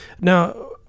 Now